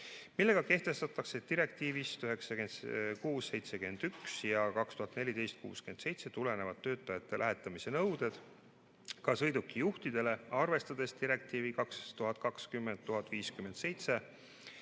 millega kehtestatakse direktiivist 96/71 ja 2014/67 tulenevad töötajate lähetamise nõuded ka sõidukijuhtidele, arvestades direktiivi 2020/1057